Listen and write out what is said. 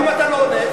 למה אתה לא עונה?